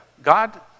God